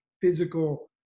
physical